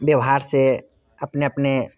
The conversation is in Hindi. व्यवहार से अपने अपने